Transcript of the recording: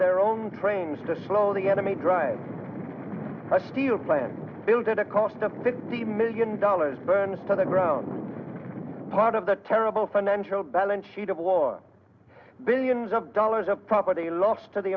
their own trains to slow the enemy drive a steel plant built at a cost of fifty million dollars burns to the ground part of the terrible financial balance sheet of war billions of dollars of property lost to the